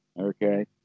okay